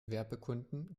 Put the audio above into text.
werbekunden